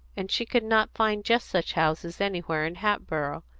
and she could not find just such houses anywhere in hatboro'.